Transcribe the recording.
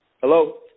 Hello